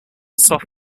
soft